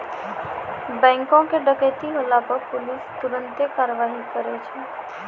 बैंको के डकैती होला पे पुलिस तुरन्ते कारवाही करै छै